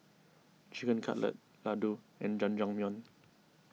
Chicken Cutlet Ladoo and Jajangmyeon